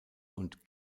und